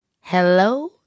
Hello